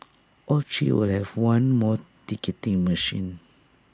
all three will have one more ticketing machine